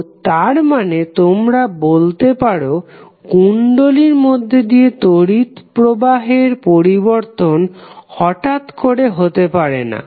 তো তার মানে তোমরা বলতে পারো কুণ্ডলীর মধ্যে দিয়ে তড়িৎ প্রবাহের পরিবর্তন হঠাৎ করে হতে পারে না